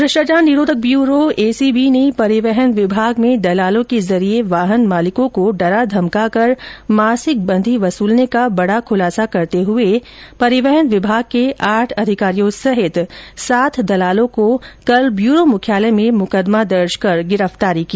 भ्रष्टाचार निरोधक bureau ACB ने परिवहन विभाग में दलालों के जरिये वाहन मालिकों को डरा धमका कर मासिक बंधी वसूलने के मामले में विभाग के आठ अधिकारियों सहित सात दलालों के खिलाफ ब्यूरो मुख्यालय में मुकदमा दर्ज कर गिरफ्तारी की